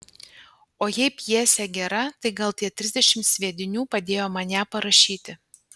o jei pjesė gera tai gal tie trisdešimt sviedinių padėjo man ją parašyti